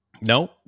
No